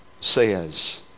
says